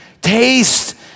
Taste